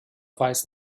weiß